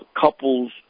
couples